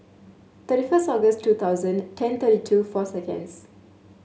thirty first August two thousand ten thirty two four seconds